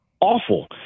awful